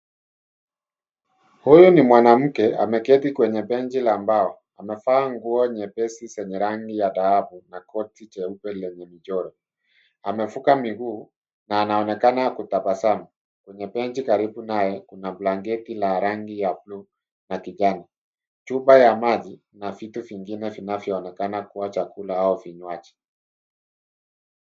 Huyu ni mwanamke ameketi kwenye benji la mbao. Amevaa nguo nyepesi zenye rangi ya dhahabu na koti cheupe lenye michoro. Amefuka miguu na anaonekana kutabasamu. Kwenye benji karibu naye, kuna blanketi la rangi ya blue na kijani. Chupa ya maji na vitu vingine vinavyoonekana kuwa chakula au vinywaji.